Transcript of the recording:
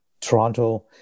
Toronto